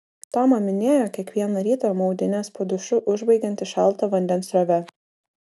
toma minėjo kiekvieną rytą maudynes po dušu užbaigianti šalto vandens srove